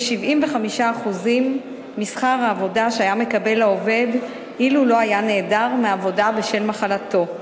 כ-75% משכר העבודה שהיה מקבל העובד אילו לא היה נעדר מעבודה בשל מחלתו.